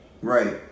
Right